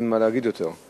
אין מה להגיד יותר.